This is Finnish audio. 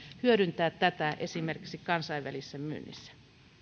hyödyntää tätä esimerkiksi kansainvälisessä myynnissä